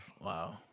Wow